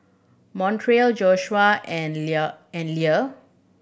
Montrell Joshua and Lea and Lea